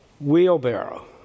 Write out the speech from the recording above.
wheelbarrow